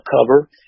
cover